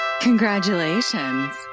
congratulations